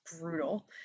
brutal